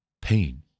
pain